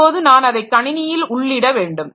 இப்போது நான் அதை கணினியில் உள்ளிட வேண்டும்